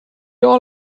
all